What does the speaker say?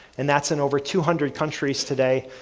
and that's in over two hundred countries today,